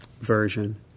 version